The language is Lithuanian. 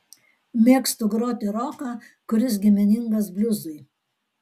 mėgstu groti roką kuris giminingas bliuzui